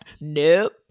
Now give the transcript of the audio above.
Nope